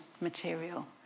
material